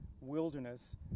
wilderness